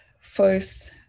first